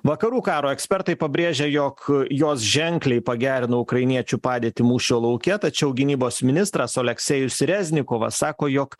vakarų karo ekspertai pabrėžia jog jos ženkliai pagerino ukrainiečių padėtį mūšio lauke tačiau gynybos ministras aleksejus reznikovas sako jog